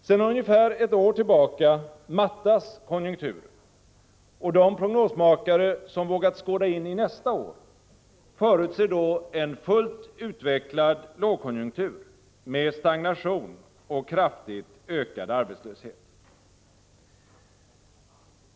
Sedan ungefär ett år tillbaka mattas konjunkturen, och de prognosmakare som vågat skåda in i nästa år förutser en fullt utvecklad lågkonjunktur med stagnation och kraftigt ökad arbetslöshet.